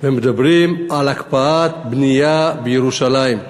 ומדברים על הקפאת בנייה בירושלים.